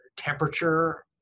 Temperature